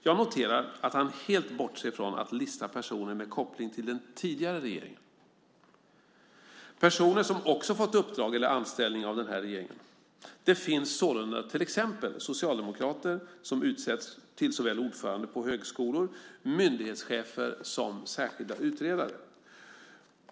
Jag noterar att han helt bortser från personer med koppling till den tidigare regeringen vilka också fått uppdrag eller anställning av den här regeringen. Det finns sålunda till exempel socialdemokrater som utsetts till ordförande på högskolor, myndighetschefer och särskilda utredare.